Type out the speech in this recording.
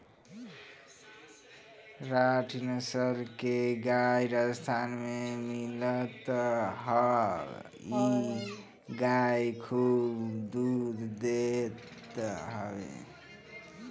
राठी नसल के गाई राजस्थान में मिलत हअ इ गाई खूब दूध देत हवे